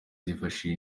bifashishije